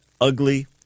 ugly